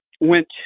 went